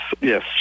yes